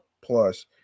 Plus